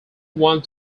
want